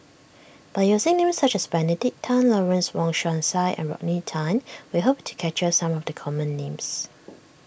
by using names such as Benedict Tan Lawrence Wong Shyun Tsai and Rodney Tan we hope to capture some the common names